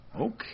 Okay